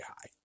high